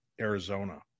Arizona